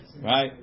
Right